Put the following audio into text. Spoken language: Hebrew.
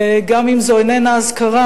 וגם אם זו איננה אזכרה,